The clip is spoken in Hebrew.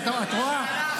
------ הנה, את רואה?